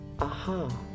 Aha